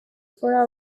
for